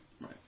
right